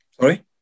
sorry